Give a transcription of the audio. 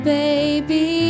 baby